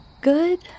good